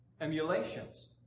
emulations